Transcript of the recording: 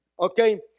Okay